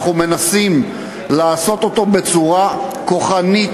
מנסים לעשות אותו בצורה כוחנית,